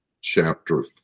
chapter